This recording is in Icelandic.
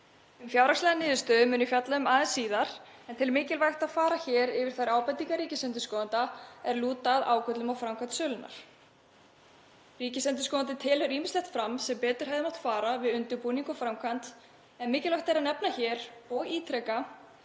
Um fjárhagslegar niðurstöður mun ég fjalla aðeins síðar en tel mikilvægt að fara hér yfir þær ábendingar ríkisendurskoðanda er lúta að ágöllum á framkvæmd sölunnar. Ríkisendurskoðandi telur ýmislegt upp sem betur hefði mátt fara við undirbúning og framkvæmd en mikilvægt er að nefna hér og ítreka